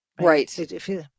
Right